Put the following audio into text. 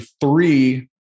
three